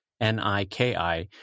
N-I-K-I